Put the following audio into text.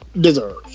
deserve